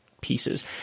pieces